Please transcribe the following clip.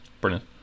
brilliant